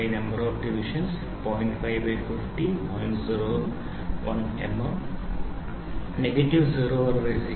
of divisions on circular scale 0